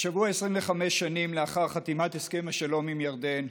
השבוע, 25 שנים לאחר חתימת הסכם השלום עם ירדן,